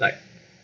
like